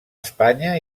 espanya